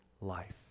life